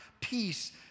peace